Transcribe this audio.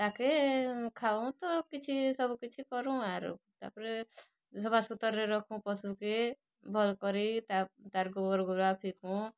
ତାକେ ଖାଉଁ ତ କିଛି ସବୁ କିଛି କରୁଁ ଆରୁ ତା'ପରେ ସଫାସୁତରରେ ରଖୁଁ ପଶୁକେ ଭଲ୍ କରି ତାର୍ ଗୋବର୍ ଗୁବରା ଫିକୁଁ